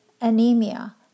anemia